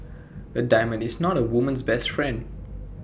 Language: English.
A diamond is not A woman's best friend